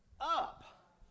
up